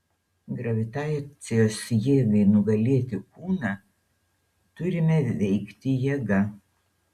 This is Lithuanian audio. gravitacijos jėgai nugalėti kūną turime veikti jėga